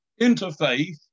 Interfaith